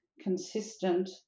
consistent